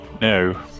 no